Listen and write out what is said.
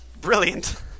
Brilliant